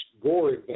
Gore